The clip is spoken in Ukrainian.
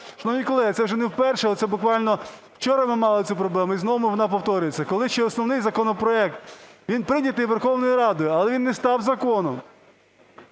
Шановні колеги, це вже не вперше, і це буквально вчора ми мали цю проблему, і знову вона повторюється, коли ще основний законопроект, він прийнятий Верховною Радою, але він не став законом.